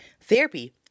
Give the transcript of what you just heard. therapy